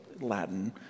Latin